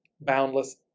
boundless